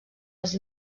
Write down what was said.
als